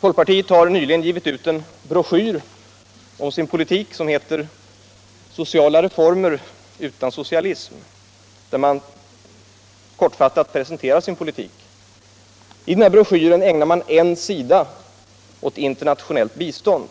Folkpartiet har nyligen gett ut en broschyr om sin politik som heter Sociala reformer utan socialism, där man kortfattat presenterar sin politik. I den broschyren ägnar man en sida åt internationellt bistånd.